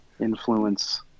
influence